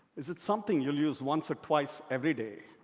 is it something you'll use one so or twice every day.